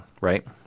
right